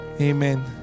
Amen